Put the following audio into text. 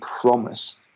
promise